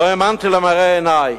לא האמנתי למראה עיני.